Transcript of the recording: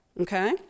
okay